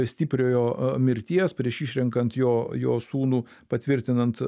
stipriojo mirties prieš išrenkant jo jo sūnų patvirtinant